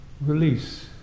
release